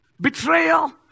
betrayal